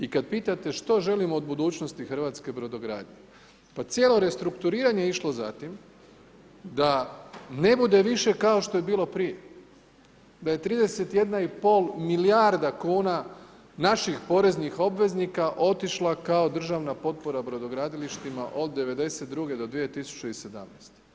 I kada pitate što želite od budućnosti hrvatske brodogradnje, pa cijelo restrukturiranje je išlo za tim, da ne bude više kao što je bilo prije, da je 31,5 milijarda kn, naših poreznih obveznika otišla kao državna potpora brodogradilištima od '92.-2017.